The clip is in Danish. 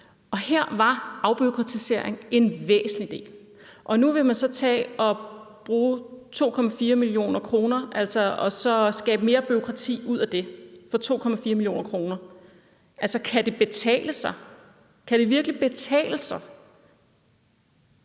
her var afbureaukratisering en væsentlig del. Nu vil man så tage og bruge 2,4 mio. kr. og skabe mere bureaukrati ud af det. Kan det betale sig? Kan det virkelig betale sig?